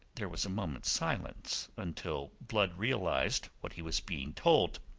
there was a moment's silence, until blood realized what he was being told.